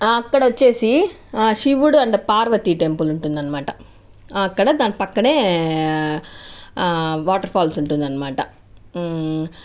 అక్కడ వచ్చేసి శివుడు అండ్ పార్వతీ టెంపుల్ ఉంటుంది అన్నమాట అక్కడ దాని పక్కనే వాటర్ ఫాల్స్ ఉంటుంది అన్నమాట